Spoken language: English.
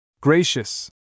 Gracious